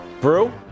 Brew